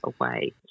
away